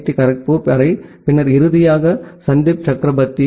D Kharagpur வரை பின்னர் இறுதியாக சந்தீப் சக்ரவர்த்தி